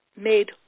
made